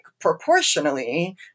proportionally